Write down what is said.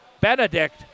Benedict